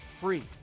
free